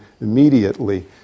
immediately